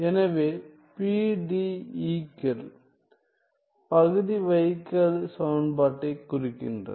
எனவே PDE கள் பகுதி வகைக்கெழு சமன்பாட்டைக் குறிக்கின்றன